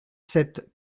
sept